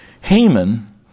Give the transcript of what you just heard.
Haman